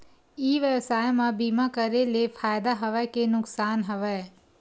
ई व्यवसाय म बीमा करे ले फ़ायदा हवय के नुकसान हवय?